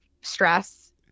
stress